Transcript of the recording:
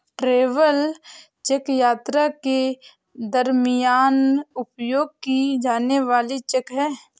travel cheque यात्रा के दरमियान उपयोग की जाने वाली चेक है